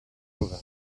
over